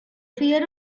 fear